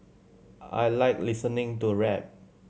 I like listening to rap